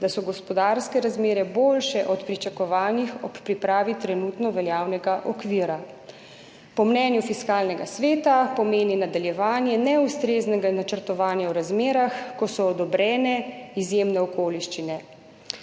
da so gospodarske razmere boljše od pričakovanih ob pripravi trenutno veljavnega okvira.« Po mnenju Fiskalnega sveta pomeni predlog nadaljevanje neustreznega načrtovanja v razmerah, ko so odobrene izjemne okoliščine.